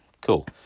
cool